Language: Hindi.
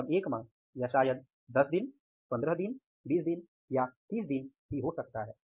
अधिकतम एक माह या शायद 10 दिन 15 दिन 20 दिन या 30 दिन हो सकता है